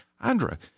Andra